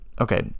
okay